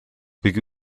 kuigi